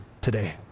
today